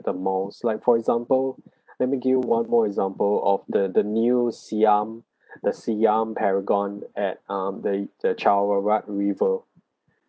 the malls like for example let me give you one more example of the the new siam the siam paragon at um the the chao phraya river